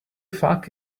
fuck